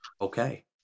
Okay